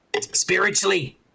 Spiritually